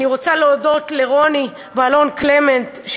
אני רוצה להודות לרוני ולאלון קלמנט,